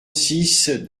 six